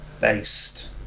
based